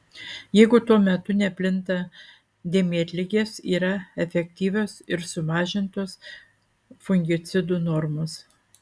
jeigu tuo metu neplinta dėmėtligės yra efektyvios ir sumažintos fungicidų normos